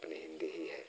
अपनी हिन्दी ही है